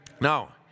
Now